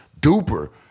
duper